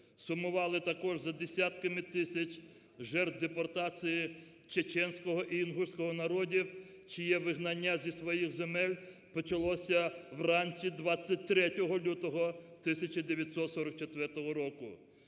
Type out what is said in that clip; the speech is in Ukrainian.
сумували також за десятками тисяч жертв депортації чеченського і інгуського народів, чиє вигнання зі своїх земель почалося вранці 23 лютого 1944 року.